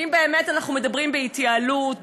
ואם באמת אנחנו מדברים על התייעלות,